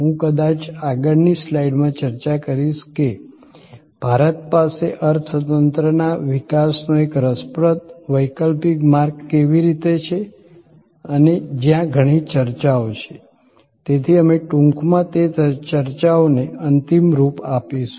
હું કદાચ આગળની સ્લાઈડમાં ચર્ચા કરીશ કે ભારત પાસે અર્થતંત્રના વિકાસનો એક રસપ્રદ વૈકલ્પિક માર્ગ કેવી રીતે છે અને જ્યાં ઘણી ચર્ચાઓ છે તેથી અમે ટૂંકમાં તે ચર્ચાઓને અંતિમ રૂપ આપીશું